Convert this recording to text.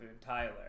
Tyler